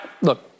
look